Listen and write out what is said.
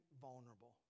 vulnerable